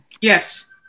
Yes